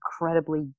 incredibly